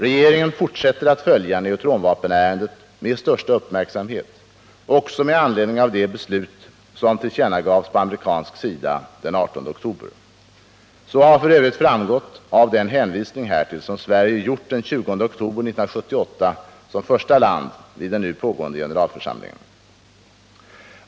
Regeringen fortsätter att följa neutronvapenärendet med största uppmärksamhet också med anledning av det beslut som fattades på amerikansk sida den 18 oktober. Så har f. ö. framgått av den hänvisning härtill som Sverige gjort den 20 oktober 1978 som första land vid den nu pågående generalförsamlingen.